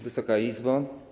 Wysoka Izbo!